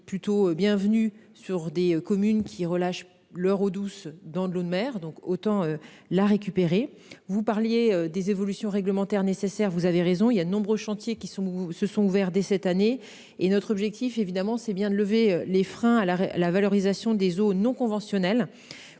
plutôt venu sur des communes qui relâchent leur eau douce dans de l'eau de mer, donc autant la récupérer. Vous parliez des évolutions réglementaires nécessaires. Vous avez raison, il y a de nombreux chantiers qui sont où se sont ouverts dès cette année. Et notre objectif évidemment c'est bien de lever les freins à la la valorisation des eaux non conventionnelles